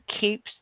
keeps